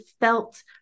felt